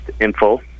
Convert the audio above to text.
info